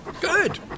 Good